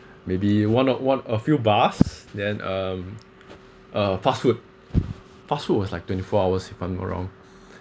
maybe one or one a few bars then um uh fast food fast food was like twenty four hours if I'm not wrong